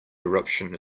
eruption